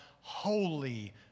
holy